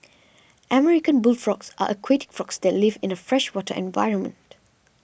American bullfrogs are aquatic frogs that live in a freshwater environment